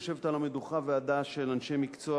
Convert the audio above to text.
יושבת על המדוכה ועדה של אנשי מקצוע